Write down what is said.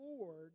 Lord